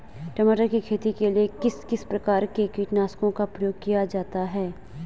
टमाटर की खेती के लिए किस किस प्रकार के कीटनाशकों का प्रयोग किया जाता है?